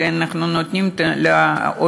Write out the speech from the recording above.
ואנחנו נותנים לעולה,